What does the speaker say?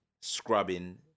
scrubbing